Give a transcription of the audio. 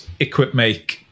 EquipMake